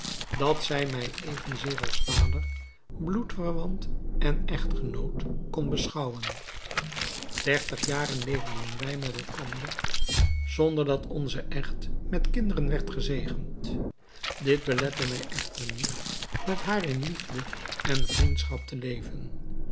dat zij mij evenzeer als vader bloedverwant en echtgenoot kon beschouwen dertig jaren leefden wij met elkander zonder dat onze echt met kinderen werd gezegend dit belette mij echter niet met haar in liefde en vriendschap te leven